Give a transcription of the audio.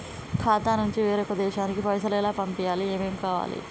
ఖాతా నుంచి వేరొక దేశానికి పైసలు ఎలా పంపియ్యాలి? ఏమేం కావాలి?